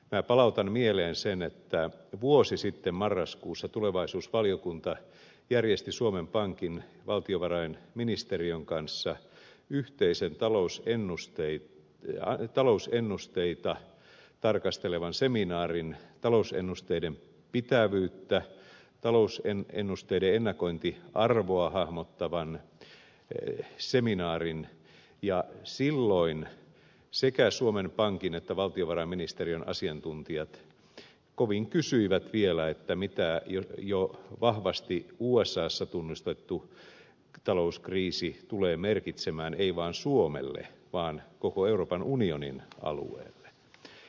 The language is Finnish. minä palautan mieleen sen että vuosi sitten marraskuussa tulevaisuusvaliokunta järjesti suomen pankin ja valtiovarainministeriön kanssa yhteisen talousennusteita tarkastelevan seminaarin talousennusteiden pitävyyttä talous ja ennusteiden ennakointi ja arvoa talousennusteiden ennakointiarvoa hahmottavan seminaarin ja silloin sekä suomen pankin että valtiovarainministeriön asiantuntijat kovin kysyivät vielä mitä jo vahvasti usassa tunnustettu talouskriisi tulee merkitsemään ei vaan suomelle vaan koko euroopan unionin alueelle